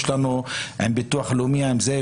יש לנו עם ביטוח לאומי וזה,